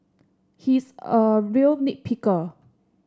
he is a real nit picker